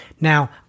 Now